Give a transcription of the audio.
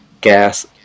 gas